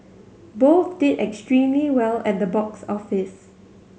both did extremely well at the box office